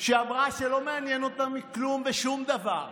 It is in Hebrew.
שאמרה שלא מעניין אותה כלום ושום דבר,